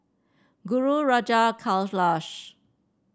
Guru Raja Kailash